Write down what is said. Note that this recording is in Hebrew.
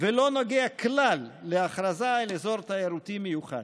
ולא נוגע כלל להכרזה על אזור תיירותי מיוחד.